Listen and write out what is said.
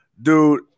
Dude